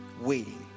waiting